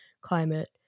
climate